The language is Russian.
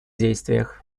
действиях